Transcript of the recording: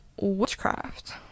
witchcraft